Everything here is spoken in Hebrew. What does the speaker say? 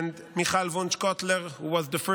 and Michal Wunsh Cotler was the first